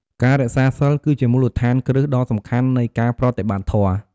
ការរក្សាសីល គឺជាមូលដ្ឋានគ្រឹះដ៏សំខាន់នៃការប្រតិបត្តិធម៌។